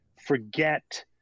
forget